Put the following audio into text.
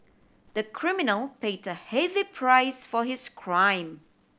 the criminal paid a heavy price for his crime